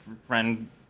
friend